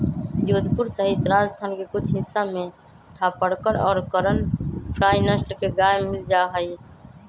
जोधपुर सहित राजस्थान के कुछ हिस्सा में थापरकर और करन फ्राइ नस्ल के गाय मील जाहई